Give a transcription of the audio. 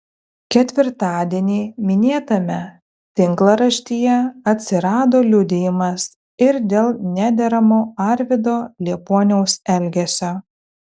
ketvirtadienį minėtame tinklaraštyje atsirado liudijimas ir dėl nederamo arvydo liepuoniaus elgesio